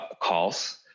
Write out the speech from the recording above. calls